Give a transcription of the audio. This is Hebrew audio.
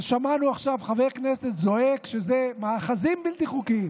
אז שמענו עכשיו חבר כנסת זועק שאלה מאחזים בלתי חוקיים.